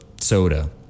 soda